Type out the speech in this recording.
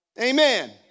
Amen